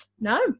no